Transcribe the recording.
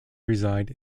reside